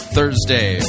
Thursday